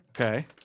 Okay